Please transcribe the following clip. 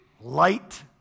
light